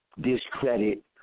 discredit